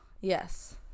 Yes